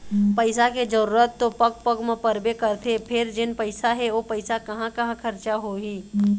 पइसा के जरूरत तो पग पग म परबे करथे फेर जेन पइसा हे ओ पइसा कहाँ कहाँ खरचा होही